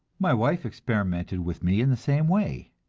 my wife experimented with me in the same way,